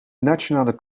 nationale